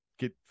get